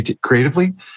creatively